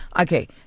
okay